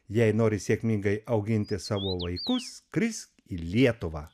jei nori sėkmingai auginti savo vaikus skrisk į lietuvą